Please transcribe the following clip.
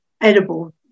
edible